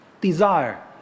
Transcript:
Desire